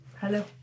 Hello